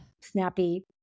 snappy